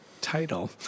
title